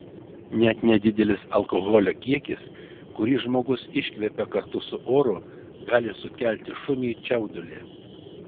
net nedidelis alkoholio kiekis kurį žmogus iškvepia kartu su oru gali sukelti šuniui čiaudulį